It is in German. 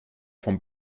vom